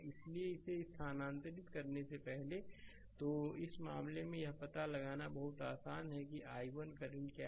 इसलिए इसे स्थानांतरित करने से पहले तो इस मामले में यह पता लगाना बहुत आसान है कि i1 करंट क्या है